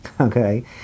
Okay